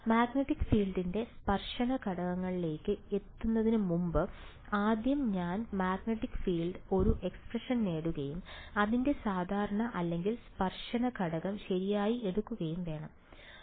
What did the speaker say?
magnetic field ന്റെ സ്പർശന ഘടകത്തിലേക്ക് എത്തുന്നതിന് മുമ്പ് ഞാൻ ആദ്യം മാഗ്നെറ്റിക് ഫീൽഡ് ന് ഒരു എക്സ്പ്രഷൻ നേടുകയും അതിന്റെ സാധാരണ അല്ലെങ്കിൽ സ്പർശന ഘടകം ശരിയായി എടുക്കുകയും വേണം